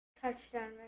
touchdown